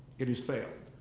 it has failed.